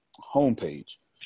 homepage